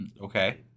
Okay